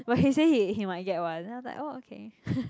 but he say he he might get one then after that orh okay